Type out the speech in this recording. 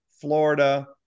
Florida